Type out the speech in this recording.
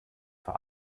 für